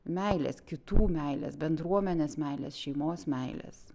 meilės kitų meilės bendruomenės meilės šeimos meilės